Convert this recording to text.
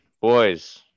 Boys